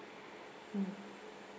mm